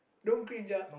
don't cringe ah